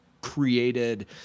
created